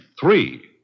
Three